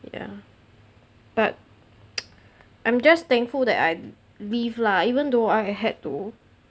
ya but I'm just thankful that I've leave lah even though I had to